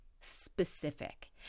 specific